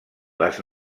les